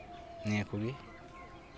ᱱᱤᱭᱟᱹ ᱠᱚᱜᱮ